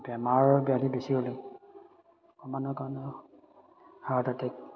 বেমাৰৰ ব্যাধি বেছি হ'লেও কাৰণেও হাৰ্ট এটেক